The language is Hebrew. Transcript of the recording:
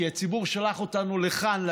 כי הציבור שלח אותנו לכאן,